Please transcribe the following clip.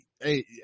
Hey